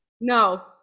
no